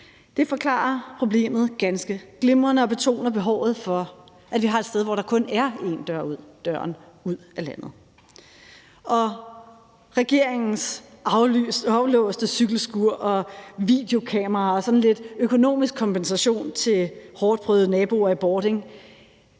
Det forklarer problemet ganske glimrende og betoner behovet for, at vi har et sted, hvor der kun er én dør ud, nemlig døren ud af landet. Og regeringens aflåste cykelskur og videokamera og sådan lidt økonomisk kompensation til hårdtprøvede naboer i Bording